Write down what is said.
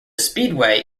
speedway